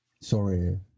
Sorry